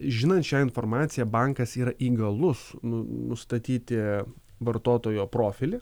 žinant šią informaciją bankas yra įgalus nu nustatyti vartotojo profilį